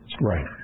Right